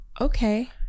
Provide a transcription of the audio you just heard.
okay